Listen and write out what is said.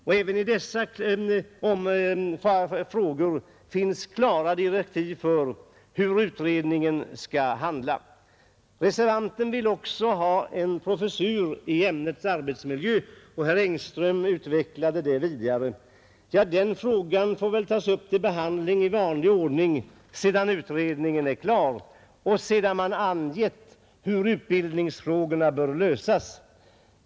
Även beträffande dessa frågor finns klara direktiv för utredningen, Reservanten vill också ha en professur i ämnet arbetsmiljö, och herr Engström utvecklade den frågan. Den får väl tas upp till behandling i vanlig ordning när utredningen är klar och sedan det angivits hur utbildningsfrågorna bör lösas.